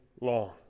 long